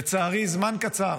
לצערי, זמן קצר